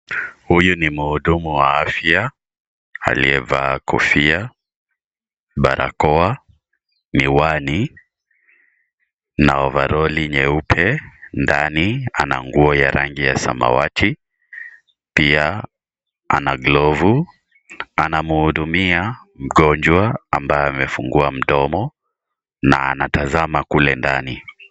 Huyu ni mhudumu wa afya aliyevaa kofia, barakoa, miwani na ovaroli nyeupe. Ndani ana nguo ya rangi ya samawati. Pia ana glovu. Anamhudumia mgonjwa ambaye amefungua mdomo na anatazama kule ndani.